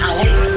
Alex